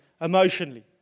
emotionally